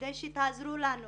שתעזרו לנו.